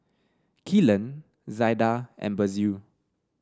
Kellan Zaida and Basil